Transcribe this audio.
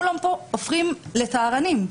כולם פה הופכים לטהרנים.